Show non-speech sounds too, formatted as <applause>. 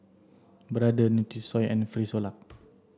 brother Nutrisoy and Frisolac <noise>